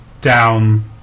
down